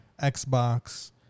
Xbox